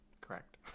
correct